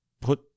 put